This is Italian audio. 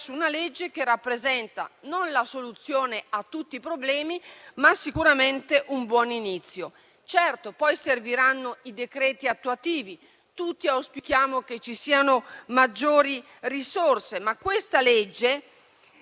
una legge che rappresenta non la soluzione a tutti i problemi, ma sicuramente un buon inizio. Certo, poi serviranno i decreti attuativi. Tutti auspichiamo che ci siano maggiori risorse, ma con questo